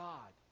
God